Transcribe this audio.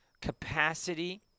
capacity